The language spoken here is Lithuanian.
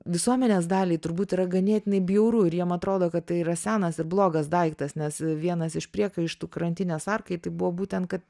visuomenės daliai turbūt yra ganėtinai bjauru ir jiem atrodo kad tai yra senas ir blogas daiktas nes vienas iš priekaištų krantinės arkai tai buvo būtent kad